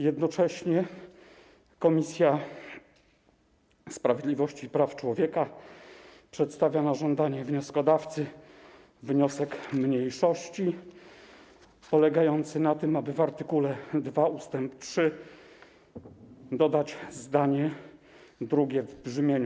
Jednocześnie Komisja Sprawiedliwości i Praw Człowieka przedstawia na żądanie wnioskodawcy wniosek mniejszości polegający na tym, aby w art. 2 ust. 3 dodać zdanie drugie w brzmieniu: